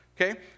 Okay